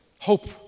Hope